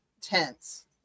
tense